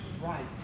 right